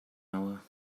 hour